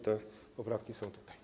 Te poprawki są tutaj.